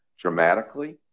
dramatically